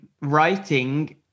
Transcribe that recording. writing